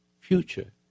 future